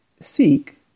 Seek